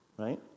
Right